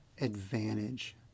advantage